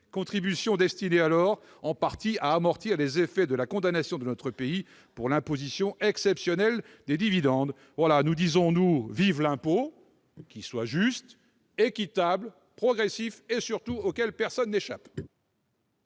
contributions étaient en partie destinées à amortir les effets de la condamnation de notre pays pour l'imposition exceptionnelle des dividendes. Nous, nous disons : vive l'impôt ! À condition qu'il soit juste, équitable, progressif, et surtout que personne n'y échappe.